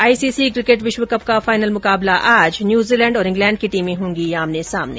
ICC cricket विश्व cup का final मुकाबला आज न्यूजीलैण्ड और इंग्लैण्ड की टीमें होगी आमने सामने